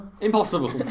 Impossible